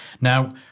now